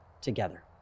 together